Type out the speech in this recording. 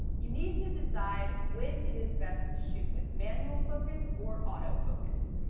you need to decide when it is best to shoot with manual focus or auto-focus.